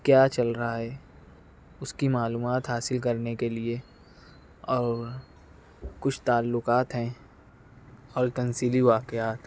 کیا چل رہا ہے اس کی معلومات حاصل کرنے کے لیے اور کچھ تعلقات ہیں اور تمثیلی واقعات